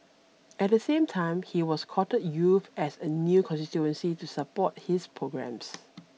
at the same time he was courted youth as a new constituency to support his programmes